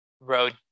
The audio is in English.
road